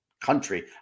country